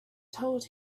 told